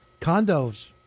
Condos